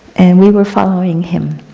and we were following him.